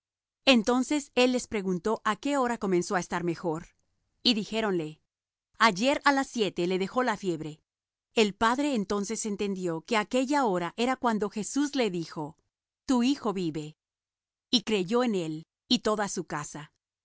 entonces él les preguntó á qué hora comenzó á estar mejor y dijéronle ayer á las siete le dejó la fiebre el padre entonces entendió que aquella hora era cuando jesús le dijo tu hijo vive y creyó él y toda su casa